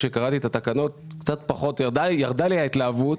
כשקראתי את התקנות ירדה לי ההתלהבות.